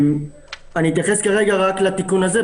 אני אתייחס כרגע רק לתיקון הזה,